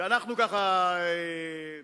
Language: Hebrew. אנחנו, ככה,